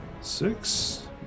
six